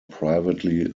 privately